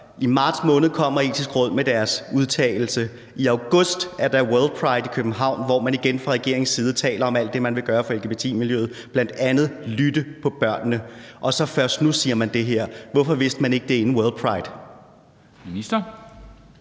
I marts måned kommer Det Etiske Råd med deres udtalelse, i august er der World Pride i København, hvor man igen fra regeringens side taler om alt det, man vil gøre for lgbti-miljøet, bl.a. lytte til børnene, og først nu siger man så det her. Hvorfor vidste man ikke det inden World Pride? Kl.